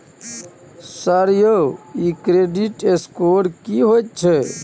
Sir यौ इ credit score की होयत छै?